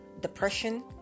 depression